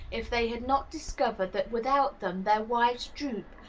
if they had not discovered that without them their wives droop,